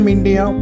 India